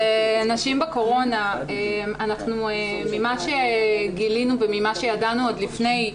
נשים בקורונה, ממה שגילינו וממה שידענו עוד לפני,